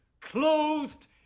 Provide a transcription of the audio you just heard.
clothed